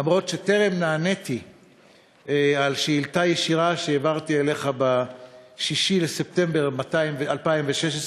למרות שטרם נעניתי על שאילתה ישירה שהעברתי אליך ב-6 בספטמבר 2016,